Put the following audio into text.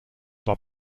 war